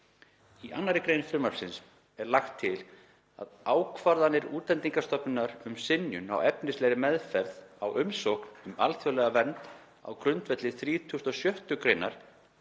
Í 2. gr. frumvarpsins er lagt til að ákvarðanir Útlendingastofnunar um synjun á efnislegri meðferð á umsókn um alþjóðlega vernd á grundvelli 36. gr.